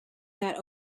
that